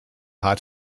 hot